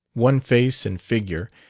one face and figure,